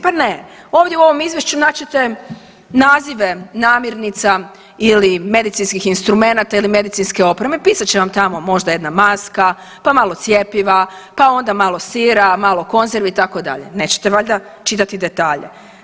Pa ne, ovdje u ovom izvješću naći ćete nazive namirnica ili medicinskih instrumenata ili medicinske opreme, pisat će vam tamo možda jedna maska, pa malo cjepiva, pa onda malo sira, malo konzervi itd., nećete valjda čitati detalje.